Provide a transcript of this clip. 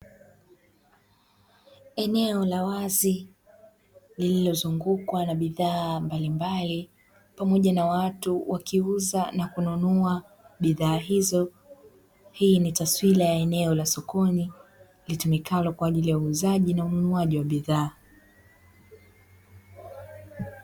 Eneo la wazi lililozungukwa na bidhaa mbalimbali pamoja na watu wakiuza na kununua bidhaa hizo. Hii ni taswira ya eneo la sokoni litumikalo kwa ajili ya uuzaji na ununuaji wa bidhaa.